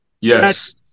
Yes